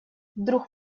вдруг